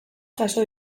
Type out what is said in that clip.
jaso